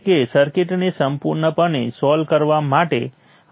તો પછી આપણે સંપૂર્ણ ઉકેલ કેવી રીતે મેળવી શકીએ